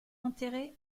enterré